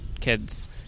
kids